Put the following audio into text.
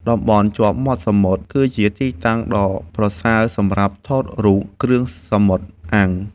តំបន់ជាប់មាត់សមុទ្រ គឺជាទីតាំងដ៏ប្រសើរសម្រាប់ថតរូបគ្រឿងសមុទ្រអាំង។